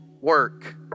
work